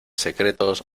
secretos